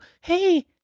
hey